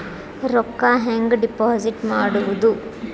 ರೊಕ್ಕ ಹೆಂಗೆ ಡಿಪಾಸಿಟ್ ಮಾಡುವುದು?